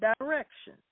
direction